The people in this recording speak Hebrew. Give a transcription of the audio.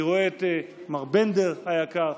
אני רואה את מר בנדר היקר,